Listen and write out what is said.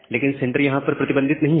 लेकिन सेंडर यहां पर प्रतिबंधित नहीं है